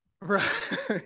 right